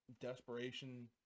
desperation